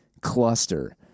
cluster